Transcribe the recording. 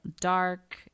dark